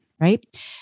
right